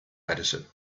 medicine